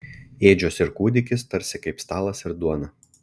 ėdžios ir kūdikis tarsi kaip stalas ir duona